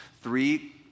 three